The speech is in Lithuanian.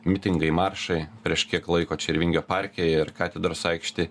mitingai maršai prieš kiek laiko čia ir vingio parke ir katedros aikštėj